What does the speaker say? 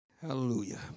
Hallelujah